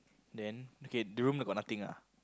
then okay the room like got nothing ah